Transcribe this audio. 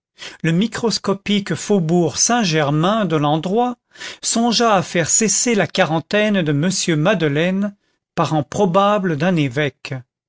le microscopique faubourg saint-germain de l'endroit songea à faire cesser la quarantaine de m madeleine parent probable d'un évêque